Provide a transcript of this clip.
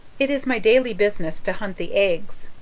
it is my daily business to hunt the eggs.